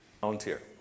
volunteer